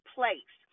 place